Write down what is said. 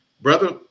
brother